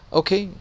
okay